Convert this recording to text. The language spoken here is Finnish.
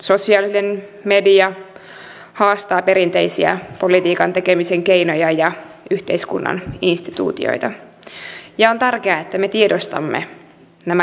sosiaalinen media haastaa perinteisiä politiikan tekemisen keinoja ja yhteiskunnan instituutioita ja on tärkeää että me tiedostamme nämä kehityssuunnat